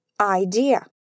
idea